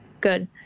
good